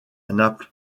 naples